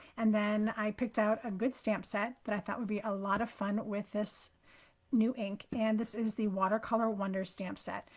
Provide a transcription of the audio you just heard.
and then i picked out a good stamp set that i thought would be a lot of fun with this new ink. and this is the watercolor wonders stamp set.